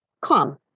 calm